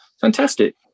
fantastic